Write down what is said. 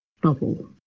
bubble